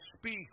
speak